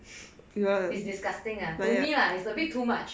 it's disgusting lah to me lah it's a bit too much like that